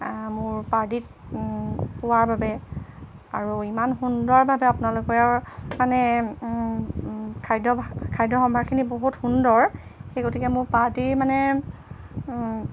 মোৰ পাৰ্টিত পোৱাৰ বাবে আৰু ইমান সুন্দৰভাৱে আপোনালোকৰ মানে খাদ্য খাদ্য সম্ভাৰখিনি বহুত সুন্দৰ সেই গতিকে মোৰ পাৰ্টিৰ মানে